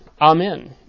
amen